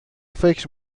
فکر